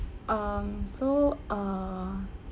um so err